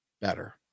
better